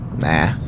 Nah